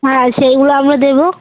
হ্যাঁ সেইগুলো আমরা দেবো